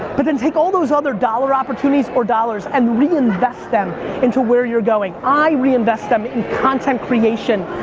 but then take all those other dollar opportunities, or dollars, and reinvest them into where you're going. i reinvest them in content creation,